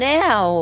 now